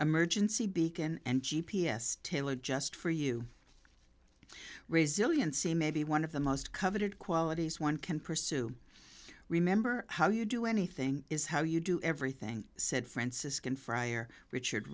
emergency beacon and g p s tailored just for you resiliency maybe one of the most coveted qualities one can pursue remember how you do anything is how you do everything said franciscan friar richard